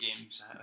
Games